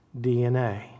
DNA